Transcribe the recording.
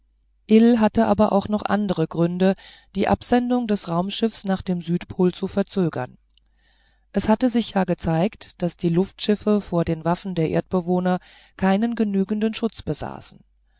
hatte aber auch noch andere gründe die absendung des raumschiffs nach dem südpol zu verzögern es hatte sich ja gezeigt daß die luftschiffe vor den waffen der erdbewohner keinen genügenden schutz besaßen